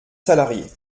salariés